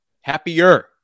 happier